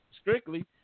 strictly